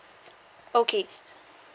okay